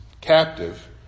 captive